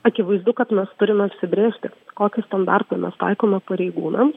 akivaizdu kad mes turime apsibrėžti kokį standartą mes taikome pareigūnams